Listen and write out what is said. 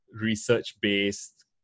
research-based